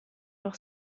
doch